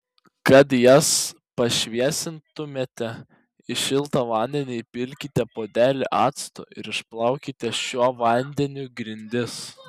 kad jas pašviesintumėte į šiltą vandenį įpilkite puodelį acto ir išplaukite šiuo vandeniu grindis